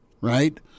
right